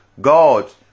God